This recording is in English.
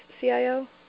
CIO